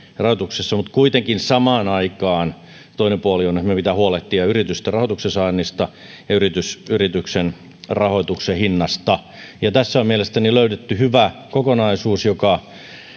mutta kuitenkin samaan aikaan toinen puoli on että meidän pitää huolehtia yritysten rahoituksen saannista ja yritysten rahoituksen hinnasta tässä on mielestäni löydetty hyvä kokonaisuus joka